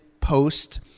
post